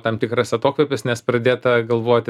tam tikras atokvėpis nes pradėta galvoti